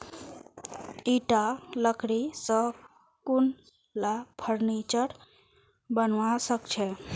ईटा लकड़ी स कुनला फर्नीचर बनवा सख छ